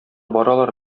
баралар